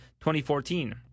2014